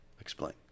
explain